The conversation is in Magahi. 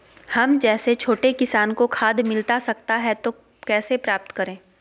हम जैसे छोटे किसान को खाद मिलता सकता है तो कैसे प्राप्त करें?